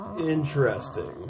Interesting